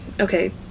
Okay